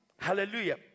Hallelujah